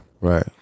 Right